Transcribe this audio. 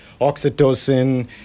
oxytocin